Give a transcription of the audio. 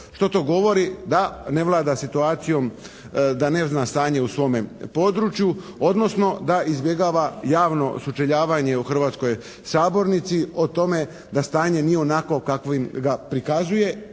Što to govori? Da ne vlada situacijom, da ne zna stanje u svome području, odnosno da izbjegava javno sučeljavanje u Hrvatskoj sabornici, o tome da stanje nije onakvo kakvim ga prikazuje.